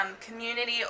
community